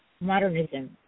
modernism